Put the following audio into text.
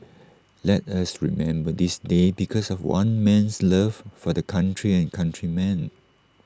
let us remember this day because of one man's love for the country and countrymen